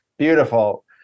Beautiful